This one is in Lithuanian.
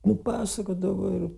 nupasakodavo ir